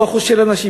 אותו אחוז של אנשים,